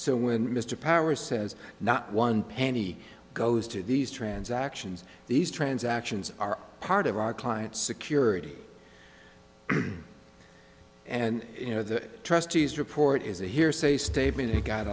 so when mr powers says not one penny goes to these transactions these transactions are part of our client's security and you know the trustees report is a hearsay statement